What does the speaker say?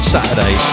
Saturday